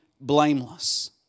blameless